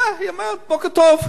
היא אומרת: בוקר טוב.